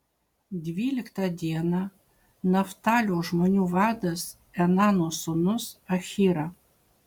dvyliktą dieną naftalio žmonių vadas enano sūnus ahyra